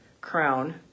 crown